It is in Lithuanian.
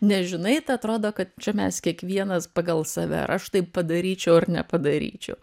nežinai tai atrodo kad čia mes kiekvienas pagal save ar aš tai padaryčiau ar nepadaryčiau